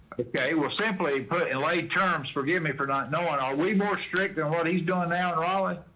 okay, well simply put in lay terms, forgive me for not knowing are we more strict than what he's doing now in raleigh?